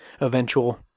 eventual